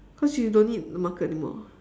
cause you don't need the marker anymore